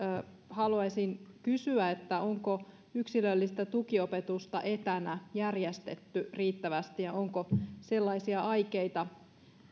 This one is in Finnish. haluaisin kysyä onko yksilöllistä tukiopetusta etänä järjestetty riittävästi ja onko sellaisia aikeita